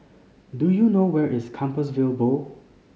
do you know where is Compassvale Bow